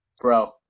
bro